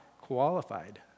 qualified